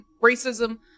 racism